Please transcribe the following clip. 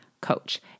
coach